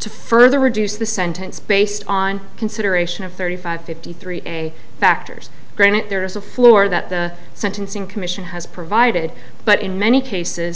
to further reduce the sentence based on consideration of thirty five fifty three a factors granite there is a floor that the sentencing commission has provided but in many cases